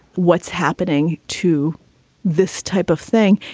what's happening to this type of thing.